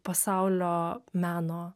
pasaulio meno